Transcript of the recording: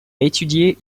étudié